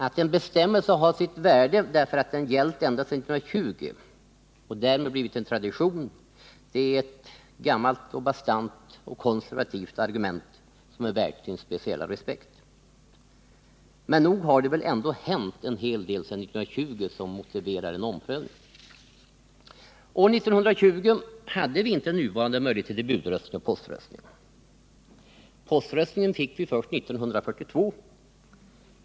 Att en bestämmelse har sitt värde därför att den gällt ända sedan 1920 och därmed blivit en tradition är ett gammalt och bastant och konservativt argument, som är värt sin speciella respekt. Men nog har det väl ändå hänt en hel del sedan 1920 som motiverar en omprövning? År 1920 hade vi inte nuvarande möjligheter till budröstning och poströstning. Poströstningen fick vi först 1942.